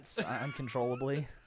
uncontrollably